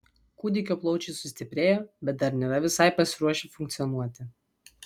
kūdikio plaučiai sustiprėjo bet dar nėra visai pasiruošę funkcionuoti